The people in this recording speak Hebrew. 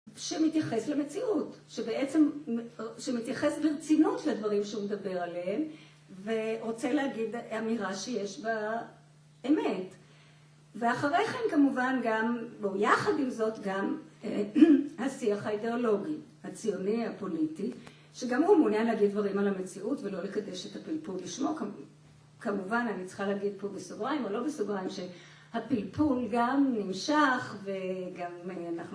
שמתייחס למציאות, שמתייחס ברצינות לדברים שהוא מדבר עליהם ורוצה להגיד אמירה שיש בה אמת. ואחרי כן כמובן גם, יחד עם זאת גם השיח האידאולוגי, הציוני, הפוליטי, שגם הוא מעוניין להגיד דברים על המציאות ולא לקדש את הפלפול לשמו. כמובן, אני צריכה להגיד פה בסוגריים, או לא בסוגריים, שהפלפול גם נמשך וגם אנחנו